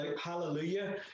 hallelujah